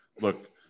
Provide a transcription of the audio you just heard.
look